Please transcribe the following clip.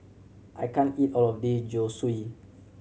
I can't eat all of the Zosui